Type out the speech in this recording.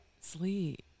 sleep